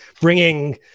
bringing